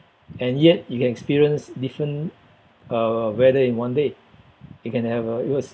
and yet you can experience different uh weather in one day you can have uh it was